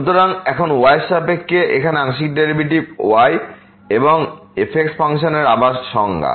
সুতরাং এখন y এর সাপেক্ষে এখানে আংশিক ডেরিভেটিভ y এই fx ফাংশনের আবার সংজ্ঞা